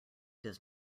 does